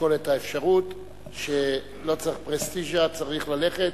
לשקול את האפשרות ש, לא צריך פרסטיז'ה, צריך ללכת